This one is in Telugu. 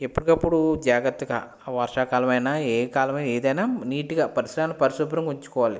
ఎప్పటికప్పుడు జాగ్రత్తగా ఆ వర్షాకాలమైన ఏ కాలమైనా ఏదైనా నీట్గా పరిసరాలను పరిశుభ్రంగా ఉంచుకోవాలి